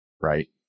right